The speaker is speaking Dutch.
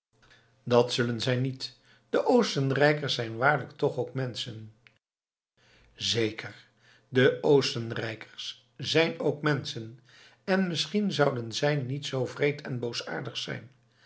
dat zullen zij niet de oostenrijkers zijn waarlijk toch ook menschen zeker de oostenrijkers zijn ook menschen en misschien zouden zij niet zoo wreed en boosaardig zijn